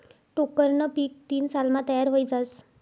टोक्करनं पीक तीन सालमा तयार व्हयी जास